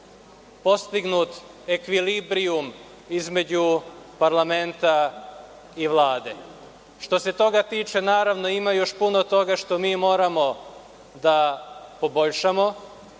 postignut ekvilibrijum između parlamenta i Vlade. Što se toga tiče, naravno, ima još puno toga što mi moramo da poboljšamo